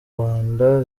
rwanda